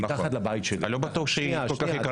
מתחת לבית שלי --- אני לא בטוח שהיא כל כך יקרה לך.